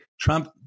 Trump